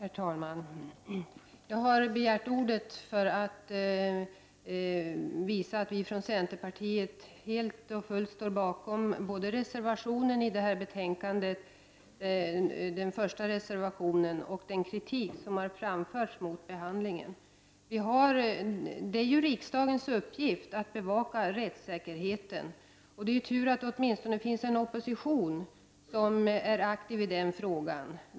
Herr talman! Jag begärde ordet för att visa att vi från centerpartiet helt och fullt står bakom både reservation 1 till detta betänkande och den kritik som har framförts mot ärendets behandling. Riksdagens uppgift är ju att bevaka rättssäkerheten. Det är tur att det åtminstone finns en opposition, som är aktiv i den frågan.